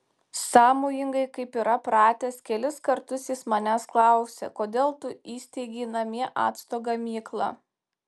sąmojingai kaip yra pratęs kelis kartus jis manęs klausė kodėl tu įsteigei namie acto gamyklą